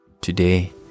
today